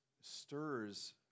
stirs